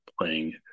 playing